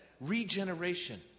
regeneration